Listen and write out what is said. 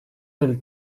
del